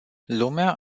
lumea